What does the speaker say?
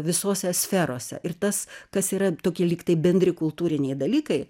visose sferose ir tas kas yra tokie lygtai bendri kultūriniai dalykai